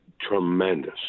Tremendous